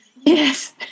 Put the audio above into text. yes